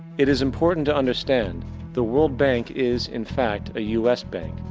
it is important to understand the world bank is, in fact, a u s. bank,